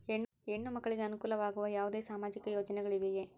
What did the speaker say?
ಹೆಣ್ಣು ಮಕ್ಕಳಿಗೆ ಅನುಕೂಲವಾಗುವ ಯಾವುದೇ ಸಾಮಾಜಿಕ ಯೋಜನೆಗಳಿವೆಯೇ?